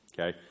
Okay